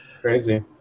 Crazy